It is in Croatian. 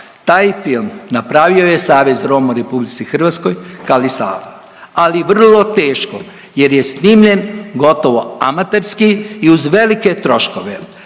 Taj film napravio je Savez Roma u RH KALI SARA, ali vrlo teško jer je snimljen gotovo amaterski i uz velike troškove.